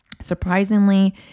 surprisingly